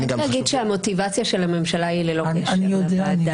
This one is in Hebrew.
אני חייבת להגיד שהמוטיבציה של הממשלה היא ללא קשר לוועדה.